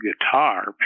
guitar